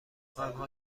آنها